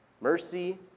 Mercy